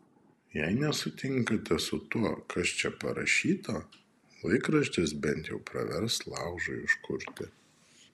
jei nesutinkate su tuo kas čia parašyta laikraštis bent jau pravers laužui užkurti